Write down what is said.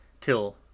till